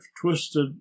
twisted